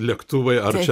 lėktuvai ar čia